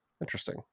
Interesting